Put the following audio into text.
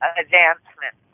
advancement